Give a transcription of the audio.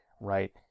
right